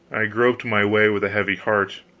i groped my way with a heavy heart.